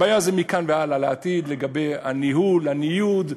הבעיה מכאן והלאה לעתיד היא לגבי הניהול, הניוד,